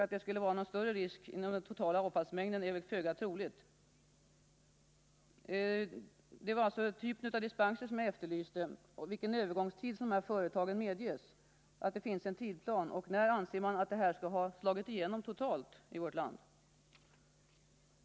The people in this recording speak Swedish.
Att det skulle uppstå någon större risk genom den totala avfallsmängden av kadmium i det fallet är föga troligt. Det var alltså ett besked om typen av dispenser som jag efterlyste, vilken övergångstid de här företagen medges, om det finns någon tidsplan samt när man anser att förbudet skall ha slagit igenom totalt i vårt land?